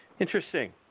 Interesting